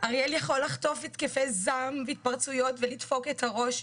אריאל יכול לחטוף התקפי זעם והתפרצויות ולדפוק את הראש,